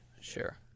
Sure